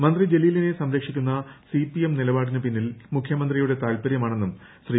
മന്ത്രി ജലീലിനെ സംരക്ഷിക്കുന്ന സിപിഎം നിലപാടിന് പിന്നിൽ മുഖ്യമന്ത്രിയുടെ താൽപ്പര്യമാണെന്നും ശ്രീ